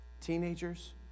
Teenagers